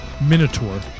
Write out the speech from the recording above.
minotaur